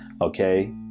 okay